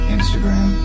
Instagram